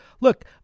Look